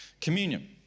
communion